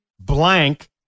blank